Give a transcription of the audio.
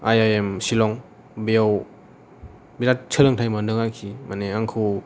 I I M Shillong बेआव बिराट सोलोंथाय मोनदों आरोखि माने आंखौ